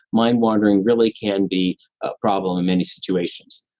mind-wandering really can be a problem in many situations.